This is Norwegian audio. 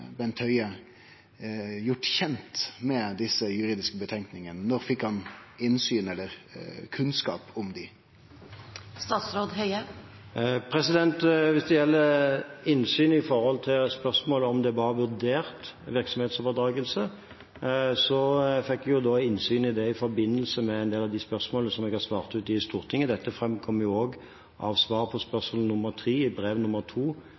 Bent Høie gjort kjent med desse juridiske betenkningane? Når fekk han innsyn i eller kunnskap om dei? Hvis det gjelder innsyn angående spørsmålet om det var vurdert virksomhetsoverdragelse, fikk jeg innsyn i det i forbindelse med en del av spørsmålene som jeg har svart på i Stortinget. Dette framkommer også av svaret på spørsmål nr. 3 i brev